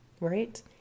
right